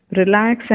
relax